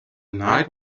night